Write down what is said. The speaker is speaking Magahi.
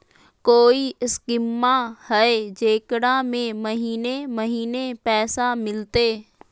कोइ स्कीमा हय, जेकरा में महीने महीने पैसा मिलते?